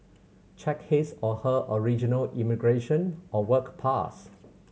check his or her original immigration or work pass